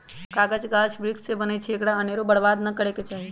कागज गाछ वृक्ष से बनै छइ एकरा अनेरो बर्बाद नऽ करे के चाहि